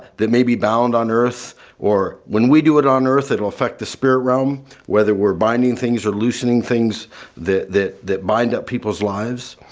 that maybe bound on earth or when we do it on earth it will affect the spirit realm whether we're binding things or loosening things that that bind up people's lives.